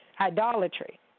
idolatry